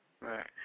Right